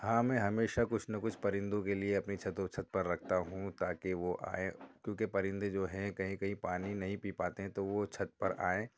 ہاں میں ہمیشہ کچھ نہ کچھ پرندوں کے لیے اپنی چھت اور چھت پر رکھتا ہوں تاکہ وہ آئیں کیوں کہ پرندے جو ہیں کہیں کہیں پانی نہیں پی پاتے ہیں تو وہ چھت پر آئیں